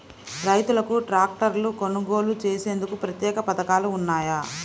రైతులకు ట్రాక్టర్లు కొనుగోలు చేసేందుకు ప్రత్యేక పథకాలు ఉన్నాయా?